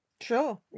Sure